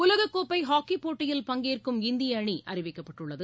உலக கோப்பை ஹாக்கி போட்டியில் பங்கேற்கும் இந்திய அணி அறிவிக்கப்பட்டுள்ளது